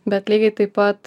bet lygiai taip pat